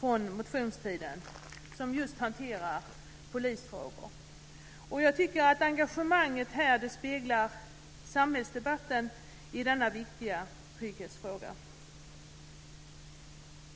från motionstiden som hanterar polisfrågor. Engagemanget här speglar samhällsdebatten i denna viktiga trygghetsfråga.